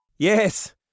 Yes